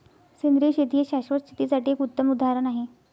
सेंद्रिय शेती हे शाश्वत शेतीसाठी एक उत्तम उदाहरण आहे